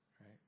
right